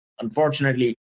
unfortunately